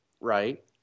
right